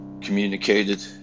communicated